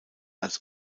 als